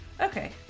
okay